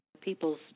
People's